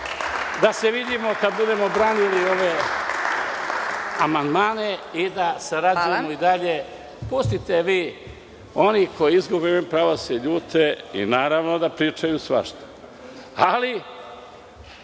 da se vidimo kada budemo branili amandmane i da sarađujemo dalje. Pustite vi, oni koji izgube, imaju pravo da se ljute i, naravno, da pričaju svašta, ali